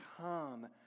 come